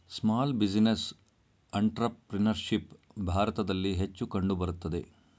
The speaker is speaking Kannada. ಸ್ಮಾಲ್ ಬಿಸಿನೆಸ್ ಅಂಟ್ರಪ್ರಿನರ್ಶಿಪ್ ಭಾರತದಲ್ಲಿ ಹೆಚ್ಚು ಕಂಡುಬರುತ್ತದೆ